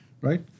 right